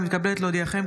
אני מתכבדת להודיעכם,